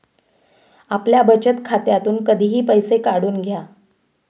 आपल्या बचत खात्यातून कधीही पैसे काढून घ्या